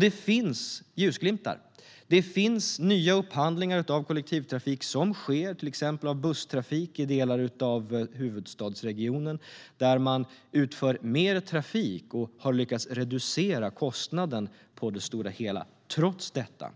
Det finns ljusglimtar. Det finns nya upphandlingar av kollektivtrafik som sker av till exempel busstrafik i delar av huvudstadsregionen, där man utför mer trafik och har lyckats reducera kostnaden på det stora hela trots detta.